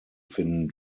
finden